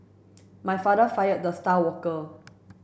my father fired the star worker